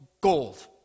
gold